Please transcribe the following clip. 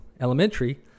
elementary